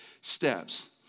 steps